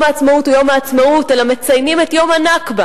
העצמאות הוא יום העצמאות אלא מציינים את יום הנכבה,